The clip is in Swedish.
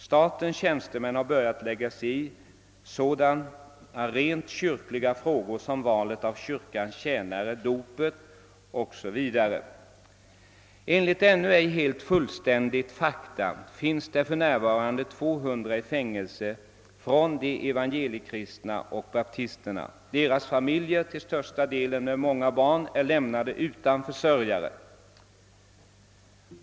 ——— Statens tjänstemän har börjat lägga sig i sådana rent kyrkliga frågor som valet av kyrkans tjänare, dopet, och så vidare. Enligt ännu ej helt fullständiga fakta finns för närvarande 200 i fängelse från de evangeliikristna och baptisterna. Deras familjer, till största delen med många barn, är lämnade utan försörjare.